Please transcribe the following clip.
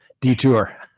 detour